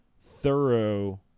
thorough